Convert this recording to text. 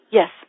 Yes